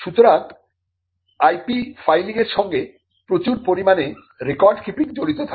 সুতরাং IP filing এর সঙ্গে প্রচুর পরিমাণে রেকর্ড কিপিং জড়িত থাকে